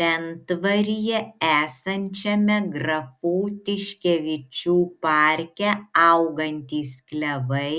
lentvaryje esančiame grafų tiškevičių parke augantys klevai